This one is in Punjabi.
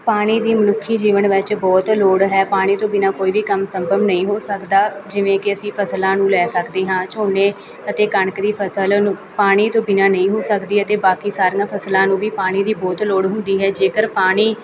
ਪਾਣੀ ਦੀ ਮਨੁੱਖੀ ਜੀਵਨ ਵਿੱਚ ਬਹੁਤ ਲੋੜ ਹੈ ਪਾਣੀ ਤੋਂ ਬਿਨਾਂ ਕੋਈ ਵੀ ਕੰਮ ਸੰਭਵ ਨਹੀਂ ਹੋ ਸਕਦਾ ਜਿਵੇਂ ਕਿ ਅਸੀਂ ਫਸਲਾਂ ਨੂੰ ਲੈ ਸਕਦੇ ਹਾਂ ਝੋਨੇ ਅਤੇ ਕਣਕ ਦੀ ਫਸਲ ਨੂੰ ਪਾਣੀ ਤੋਂ ਬਿਨਾਂ ਨਹੀਂ ਹੋ ਸਕਦੀ ਅਤੇ ਬਾਕੀ ਸਾਰੀਆਂ ਫਸਲਾਂ ਨੂੰ ਵੀ ਪਾਣੀ ਦੀ ਬਹੁਤ ਲੋੜ ਹੁੰਦੀ ਹੈ ਜੇਕਰ ਪਾਣੀ